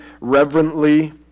reverently